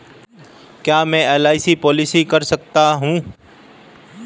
क्या मैं LIC policy कर सकता हूं?